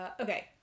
Okay